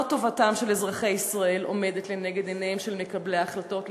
לא טובתם של אזרחי ישראל עומדת לנגד עיניהם של מקבלי ההחלטות,